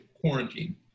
quarantine